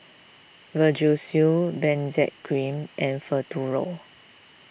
Vagisil Benzac Cream and Futuro